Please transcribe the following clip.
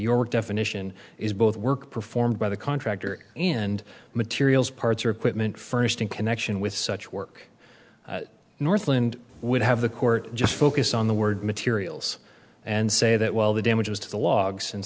your definition is both work performed by the contractor and materials parts or equipment furnished in connection with such work northwind would have the court just focus on the word materials and say that well the damages to the logs and